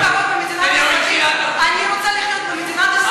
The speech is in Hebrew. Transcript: אני רוצה לחיות במדינת ישראל,